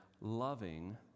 loving